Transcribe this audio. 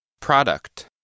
Product